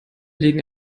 legen